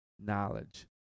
knowledge